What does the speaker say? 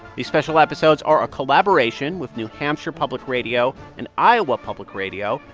these special episodes are a collaboration with new hampshire public radio and iowa public radio,